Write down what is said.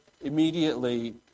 immediately